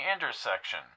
intersection